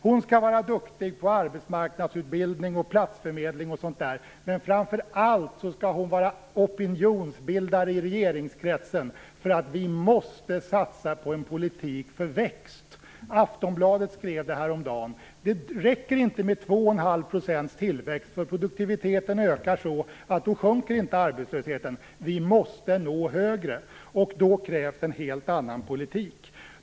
Hon skall vara duktig på arbetsmarknadsutbildning och platsförmedling m.m., men framför allt skall hon vara opinionsbildare i regeringskretsen för att vi måste satsa på en politik för växt. Aftonbladet skrev häromdagen att det inte räcker med 2,5 % tillväxt, därför att produktiviteten ökar så att arbetslösheten då inte sjunker. Vi måste nå högre, och då krävs en helt annan politik.